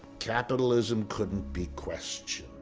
capitalism couldn't be questioned.